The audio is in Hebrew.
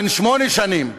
בן שמונה שנים,